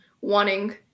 wanting